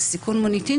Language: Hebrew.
זה סיכון מוניטין,